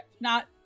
Not-